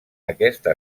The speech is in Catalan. aquesta